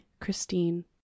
Christine